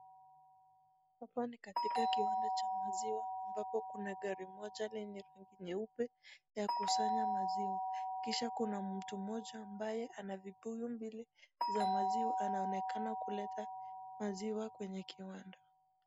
Hapa ni katikati kiwanda Cha maziwa ambapo Kuna gari Moja nyeupe ya kusanya maziwa . Kisha Kuna mtu mmoja aliye na vibuyu mbili ya maziwa. Anaonekana kuleta maziwa kwenye kiwanda.